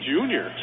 Junior